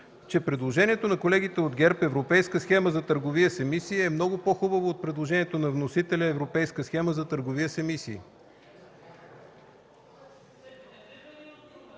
че предложението на колегите от ГЕРБ „Европейска схема за търговия с емисии” е много по-хубаво от предложението на вносителя „Европейска схема за търговия с емисии”.